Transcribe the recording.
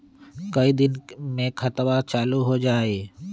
कई दिन मे खतबा चालु हो जाई?